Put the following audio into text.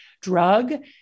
drug